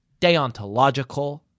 deontological